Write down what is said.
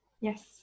Yes